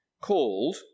called